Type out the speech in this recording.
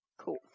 Cool